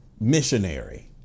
missionary